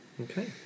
Okay